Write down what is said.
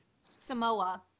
Samoa